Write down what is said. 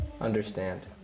Understand